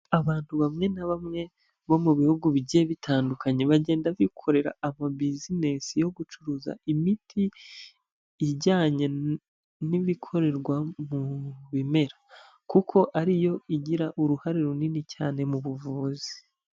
Abantu bamwe na bamwe bo mu bihugu bigiye bitandukanye, bagenda bikorera ama business yo gucuruza imiti ijyanye n'ibikorerwa mu bimera, kuko ariyo igira uruhare runini cyane mu buvuzi.